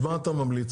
אז מה אתה ממליץ?